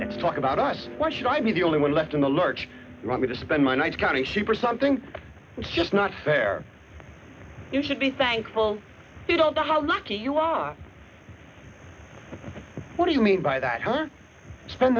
let's talk about us why should i be the only one left in the lurch right with to spend my nights counting sheep or something it's just not fair you should be thankful you don't know how lucky you are what do you mean by that spend